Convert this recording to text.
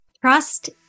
Trust